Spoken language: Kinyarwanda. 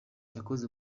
yakoze